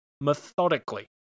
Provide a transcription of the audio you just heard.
methodically